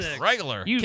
regular